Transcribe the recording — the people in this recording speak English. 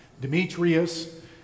Demetrius